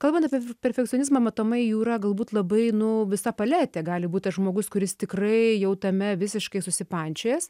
kalbant apie perfekcionizmą matomai jų yra galbūt labai nu visa paletė gali būt tas žmogus kuris tikrai jau tame visiškai susipančiojęs